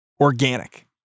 Organic